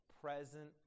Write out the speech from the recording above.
present